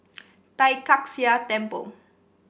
Tai Kak Seah Temple